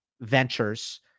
ventures